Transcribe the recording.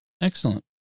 Excellent